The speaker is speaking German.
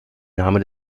name